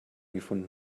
gefunden